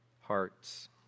hearts